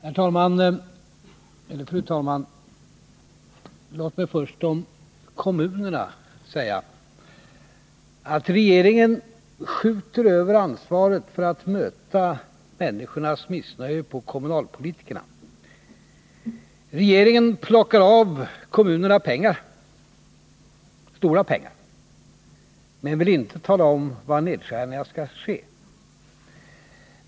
Fru talman! Låt mig först om kommunerna säga: Regeringen skjuter över ansvaret för att möta människornas missnöje på kommunalpolitikerna. Regeringen plockar av kommunerna pengar — stora pengar — men vill inte tala om var nedskärningarna skall ske.